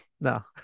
No